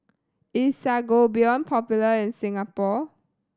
is Sangobion popular in Singapore